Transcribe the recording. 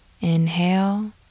inhale